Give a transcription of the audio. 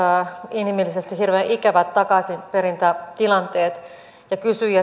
inhimillisesti hirveän ikävät takaisinperintätilanteet ja kysyi